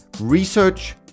research